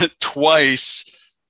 twice